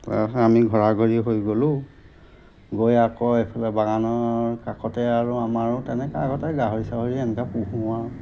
তাৰপাছত আমি ঘৰা ঘৰি হৈ গ'লো গৈ আকৌ এইফালে বাগানৰ কাষতে আৰু আমাৰো তেনেকৈ আগতে গাহৰি চাহৰি এনেকৈ পোহোঁ আৰু